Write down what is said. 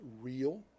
real